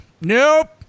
nope